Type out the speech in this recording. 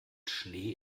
schnee